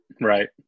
right